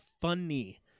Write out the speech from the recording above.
funny